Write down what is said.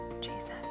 Jesus